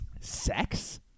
Sex